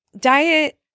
Diet